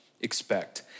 expect